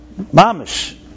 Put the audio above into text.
mamish